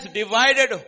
divided